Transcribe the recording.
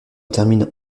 termine